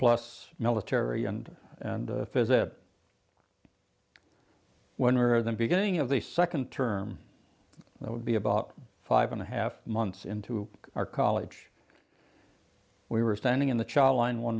plus military and and visit when we're the beginning of the second term i would be about five and a half months into our college we were standing in the child line one